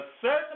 certain